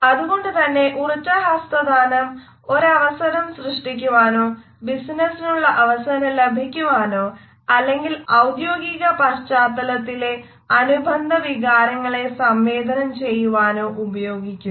അതുകൊണ്ടു തന്നെ ഉറച്ച ഹസ്തദാനം ഒരവസരം സൃഷ്ടിക്കുവാനോ ബിസിനസിനുള്ള അവസരം ലഭിക്കുവാനോ അല്ലെങ്കിൽ ഔദ്യോഗിക പശ്ചാത്തലത്തിലെ അനുബന്ധ വികാരങ്ങളെ സംവേദനം ചെയ്യുവാനോ ഉപയോഗിക്കുന്നു